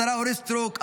השרה אורית סטרוק,